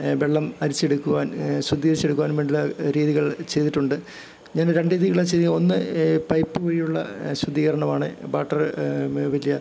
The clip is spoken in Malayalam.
വെള്ളം അരിച്ചെടുക്കുവാൻ ശുദ്ധീകരിച്ച് എടുക്കാൻ വേണ്ടിയുള്ള രീതികൾ ചെയ്തിട്ടുണ്ട് ഞാൻ രണ്ട് രീതികളാണ് ചെയ്യുക ഒന്ന് പൈപ്പ് വഴിയുള്ള ശുദ്ധീകരണമാണ് വാട്ടർ